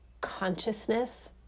consciousness